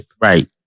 Right